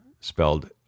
spelled